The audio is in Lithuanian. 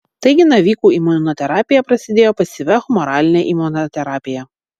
taigi navikų imunoterapija prasidėjo pasyvia humoraline imunoterapija